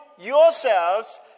yourselves